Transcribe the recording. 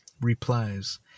replies